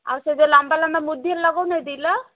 ଆଉ ସେ ଯେଉଁ ଲମ୍ବା ଲମ୍ବା ମୁଦି ଲଗଉନୁ ଏଇଠି କିଲୋ